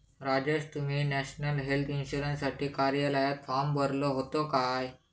राजेश, तुम्ही national health इन्शुरन्ससाठी कार्यालयात फॉर्म भरलो होतो काय?